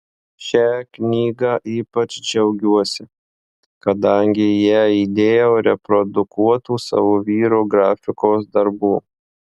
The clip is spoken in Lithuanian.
šia knyga ypač džiaugiuosi kadangi į ją įdėjau reprodukuotų savo vyro grafikos darbų